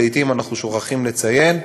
שלעתים אנחנו שוכחים לציין,